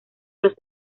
los